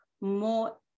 more